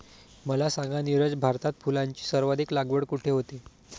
मला सांगा नीरज, भारतात फुलांची सर्वाधिक लागवड कुठे होते?